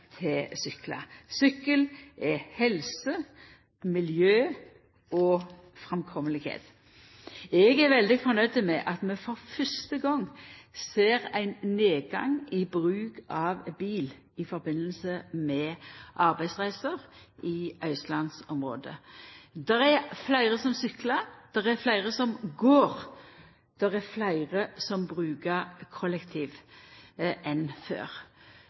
til å sykla. Sykkel er helse, miljø og framkomst. Eg er veldig fornøgd med at vi for fyrste gong ser ein nedgang i bruken av bil i samband med arbeidsreiser i Austlandsområdet. Det er fleire som syklar, det er fleire som går, og det er fleire som reiser kollektivt enn før,